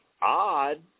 odd